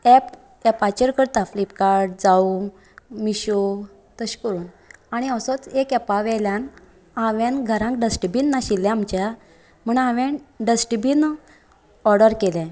app ऍपाचेर करता Flipkart जावं मिशो तशें करून आनी असोच एक ऍपावयल्यान हांवेन घरांत डस्टबिन नाशिल्लें आमच्या म्हण हांवेन डस्टबीन ऑर्डर केलें